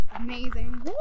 amazing